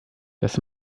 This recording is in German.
das